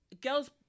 girls